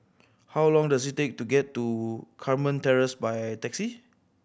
how long does it take to get to Carmen Terrace by taxi